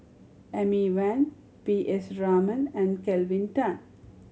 Amy Van P S Raman and Kelvin Tan